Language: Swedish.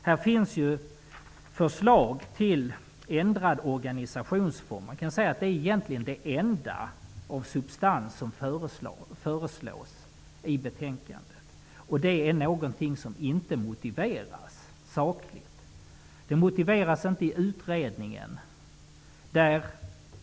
Här finns förslag till ändrad organisationsform. Det är egentligen det enda av substans som föreslås i betänkandet. Och det är någonting som inte motiveras sakligt. Det motiveras inte i utredningen.